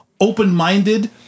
open-minded